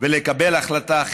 ולקבל החלטה.